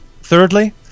thirdly